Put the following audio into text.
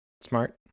Smart